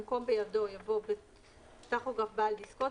במקום "בידו" יבוא "בטכוגרף בעל דיסקות,